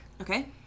Okay